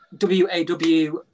WAW